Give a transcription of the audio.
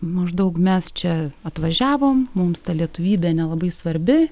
maždaug mes čia atvažiavom mums ta lietuvybė nelabai svarbi